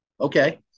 Okay